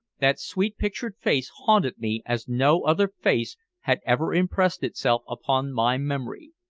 that sweet-pictured face haunted me as no other face had ever impressed itself upon my memory.